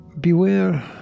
beware